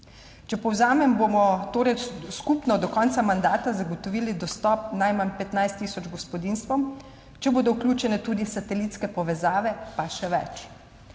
Če povzamem, bomo torej skupno do konca mandata zagotovili dostop najmanj 15 tisoč gospodinjstvom, če bodo vključene tudi satelitske povezave, pa še več.